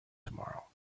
tomorrow